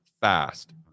fast